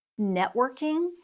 networking